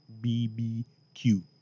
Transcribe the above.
b-b-q